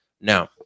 Now